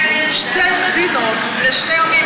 שתי מדינות לשני עמים,